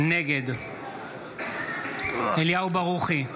נגד אליהו ברוכי,